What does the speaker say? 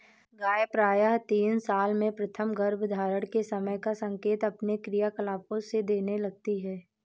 गाय प्रायः तीन साल में प्रथम गर्भधारण के समय का संकेत अपने क्रियाकलापों से देने लगती हैं